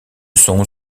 sont